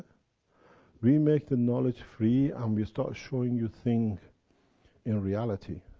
we make the knowledge free, and we start showing you things in reality.